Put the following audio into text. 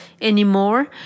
anymore